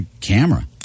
camera